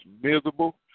miserable